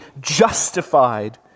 justified